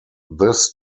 this